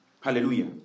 Hallelujah